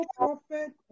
prophet